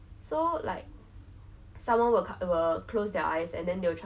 I'm not very sure what maybe we had tuition ah I think it was tuition later